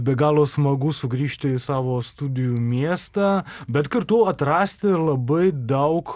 be galo smagu sugrįžti į savo studijų miestą bet kartu atrasti ir labai daug